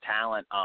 talent